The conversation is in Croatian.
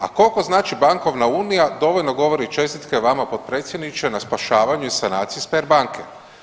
A koliko znači bankovna unija dovoljno govori čestitke vama potpredsjedniče na spašavanju i sanaciji Sberbanke.